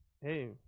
hey